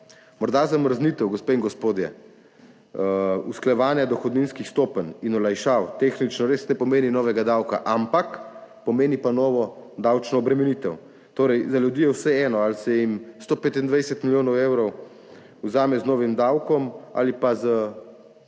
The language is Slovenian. Morda zamrznitev, gospe in gospodje, usklajevanja dohodninskih stopenj in olajšav tehnično res ne pomeni novega davka, ampak pomeni pa novo davčno obremenitev. Torej, za ljudi je vseeno, ali se jim 125 milijonov evrov vzame z novim davkom ali pa z